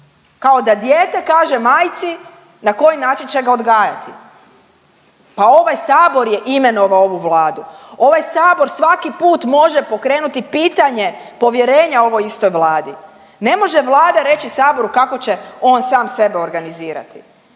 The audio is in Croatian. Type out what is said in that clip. kao da dijete kaže majci na koji način će ga odgajati. Pa ovaj Sabor je imenovao ovu Vladu, ovaj Sabor svaki put može pokrenuti pitanje povjerenja ovoj istoj Vladi. Ne može Vlada reći Saboru kako će on sam sebe organizirati.